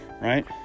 right